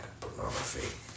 pornography